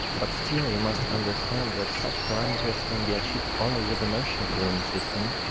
but still you must understand that such parameters can be achieved only with immersion cooling system.